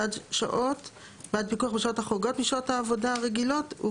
בעד פיקוח בשעות החורגות משעות העבודה הרגילות.